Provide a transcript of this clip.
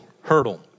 hurdle